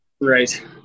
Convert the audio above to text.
Right